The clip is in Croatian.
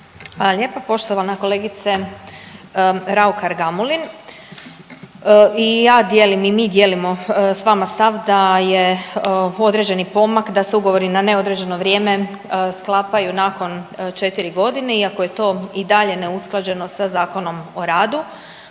lijepa. Poštovana kolegice Raukar Gamulin i ja dijelim i mi dijelimo s vama stav da je određeni pomak da su ugovori na neodređeno vrijeme sklapaju nakon četiri godine iako je to i dalje neusklađeno sa Zakonom o radu.